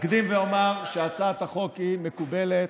אקדים ואומר שהצעת החוק מקובלת.